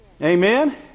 Amen